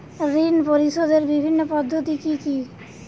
ঋণ পরিশোধের বিভিন্ন পদ্ধতি কি কি?